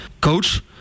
Coach